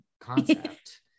concept